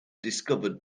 discovered